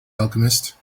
alchemist